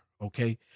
Okay